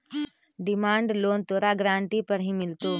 demand loan तोरा guarantee पर ही मिलतो